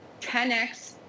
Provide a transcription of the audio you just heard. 10X